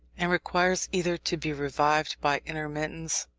and requires either to be revived by intermittence,